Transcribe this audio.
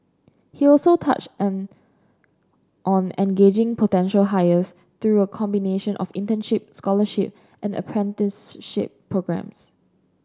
he also touched an on engaging potential hires through a combination of internship scholarship and apprenticeship programmes